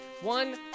One